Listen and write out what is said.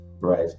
Right